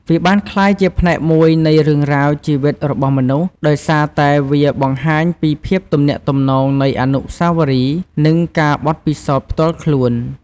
វាបានក្លាយជាផ្នែកមួយនៃរឿងរ៉ាវជីវិតរបស់មនុស្ស ដោយសារតែវាបង្ហាញពីភាពទំនាក់ទំនងនៃអនុស្សាវរីយ៍ និងការបទពិសោធន៍ផ្ទាល់ខ្លួន។